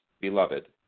beloved